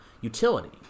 utility